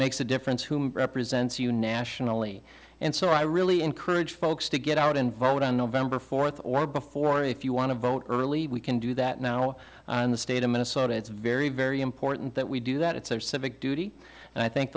makes a difference who represents you nationally and so i really encourage folks to get out and vote on november fourth or before if you want to vote early we can do that now in the state of minnesota it's very very important that we do that it's our civic duty and i think